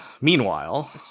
Meanwhile